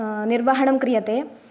निर्वहणं क्रियते